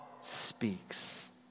speaks